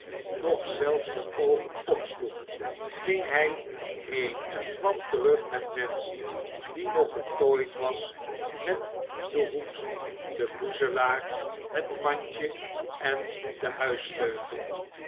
zelfs de oogen opsloeg ging hij heen en kwam terug met nancy die nog getooid was met den hoed den boezelaar het mandje en den huissleutel